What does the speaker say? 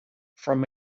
from